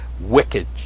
wicked